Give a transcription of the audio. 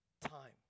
time